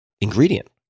ingredient